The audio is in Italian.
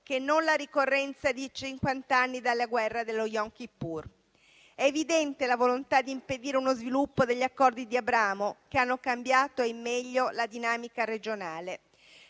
che non la ricorrenza dei cinquant'anni dalla guerra dello Yom Kippur. È evidente la volontà di impedire uno sviluppo degli accordi di Abramo che hanno cambiato in meglio la dinamica regionale.